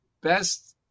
best